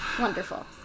Wonderful